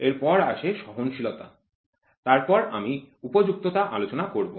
এর পর আসে সহনশীলতা তারপর আমি উপযুক্ততা আলোচনা করব